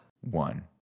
one